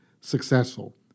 successful